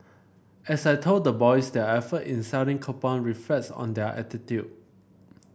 as I told the boys their effort in selling coupon reflects on their attitude